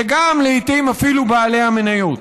ולעיתים אפילו בעלי המניות.